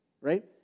right